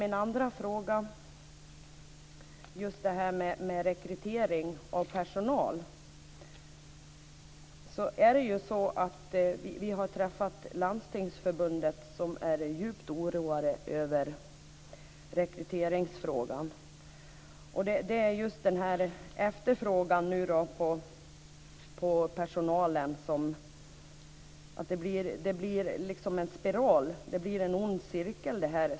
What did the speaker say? Min andra fråga gäller rekrytering av personal. Vi har träffat Landstingsförbundet, där man är djupt oroad över rekryteringsfrågan. Det blir en spiral och en ond cirkel när det gäller efterfrågan på personal.